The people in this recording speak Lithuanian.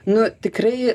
nu tikrai